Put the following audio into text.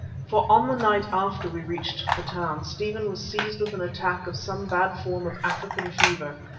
for on the night after we reached the town, stephen was seized with an attack of some bad form of african fever,